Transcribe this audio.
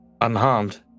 Unharmed